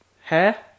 Hair